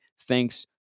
Thanks